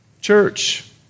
Church